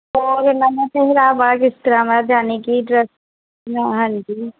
ਹੋਰ ਇਹਨਾਂ ਦਾ ਪਹਿਰਾਵਾ ਕਿਸ ਤਰ੍ਹਾਂ ਵਾ ਜਾਨੀ ਕਿ ਡਰੈੱਸ ਹਾਂਜੀ